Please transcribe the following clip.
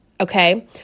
okay